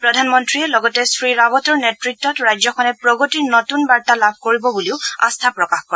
প্ৰধানমন্ত্ৰীয়ে লগতে শ্ৰীৰাৱতৰ নেতৃত্বত ৰাজ্যখনে প্ৰগতিৰ নতুন বাৰ্তা লাভ কৰিব বুলিও আস্থা প্ৰকাশ কৰে